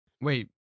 Wait